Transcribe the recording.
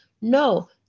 No